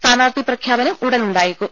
സ്ഥാനാർത്ഥി പ്രഖ്യാപനം ഉടൻ ഉണ്ടായേക്കും